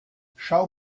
schau